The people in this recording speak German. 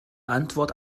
antwort